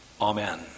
Amen